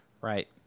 Right